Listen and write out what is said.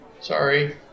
Sorry